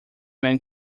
men